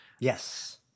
Yes